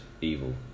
evil